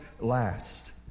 last